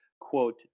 quote